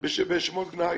גנאי.